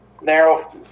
narrow